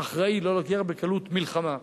אחראי לא לוקח בקלות מלחמה.